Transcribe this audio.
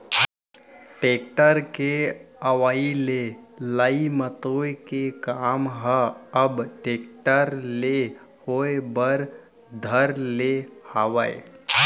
tractor के अवई ले लई मतोय के काम ह अब टेक्टर ले होय बर धर ले हावय